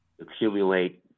accumulate